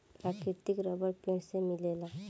प्राकृतिक रबर पेड़ से मिलेला